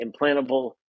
implantable